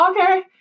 okay